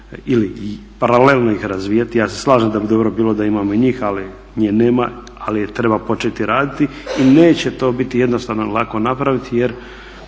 ili paralelno ih razvijati. Ja se slažem da bi dobro bilo da imamo i njih ali nje nema, ali je treba početi raditi. I neće to biti jednostavno i lako napraviti jer